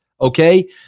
okay